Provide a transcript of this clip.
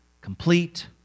complete